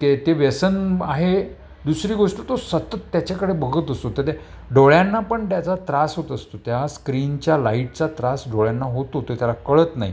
ते ते ते व्यसन आहे दुसरी गोष्ट तो सतत त्याच्याकडे बघत असतो तं त्या डोळ्यांना पण त्याचा त्रास होत असतो त्या स्क्रीनच्या लाईटचा त्रास डोळ्यांना होत होते त्याला कळत नाही